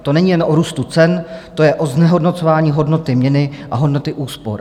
To není jen o růstu cen, to je o znehodnocování hodnoty měny a hodnoty úspor.